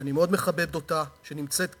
שאני מאוד מכבד אותה, שנמצאת כאן,